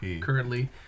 currently